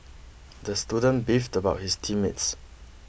the student beefed about his team mates